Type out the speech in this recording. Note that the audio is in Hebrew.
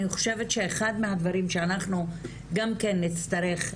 אני חושבת שאחד מהדברים שאנחנו גם כן נצטרך,